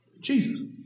Jesus